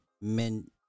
men